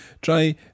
Try